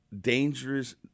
dangerous